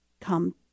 come